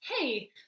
hey